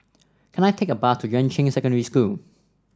can I take a bus to Yuan Ching Secondary School